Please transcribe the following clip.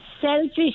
selfish